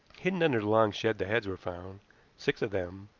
hidden under the long shed the heads were found six of them,